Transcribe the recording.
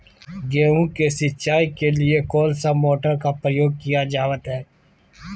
गेहूं के सिंचाई के लिए कौन सा मोटर का प्रयोग किया जावत है?